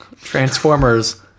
transformers